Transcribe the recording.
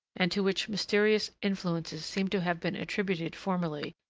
and to which mysterious influences seem to have been attributed formerly,